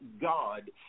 God